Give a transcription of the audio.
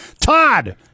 Todd